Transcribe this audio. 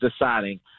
deciding